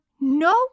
no